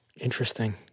Interesting